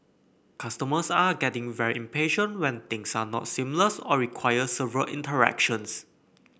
customers are getting very impatient when things are not seamless or require several interactions